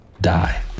die